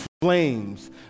flames